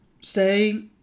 stay